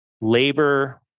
labor